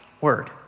word